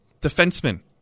Defenseman